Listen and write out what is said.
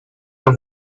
have